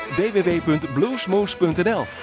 www.bluesmoose.nl